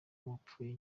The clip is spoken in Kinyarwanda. uwapfuye